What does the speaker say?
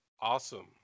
awesome